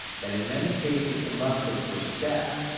that in many cases the muskets were stacked,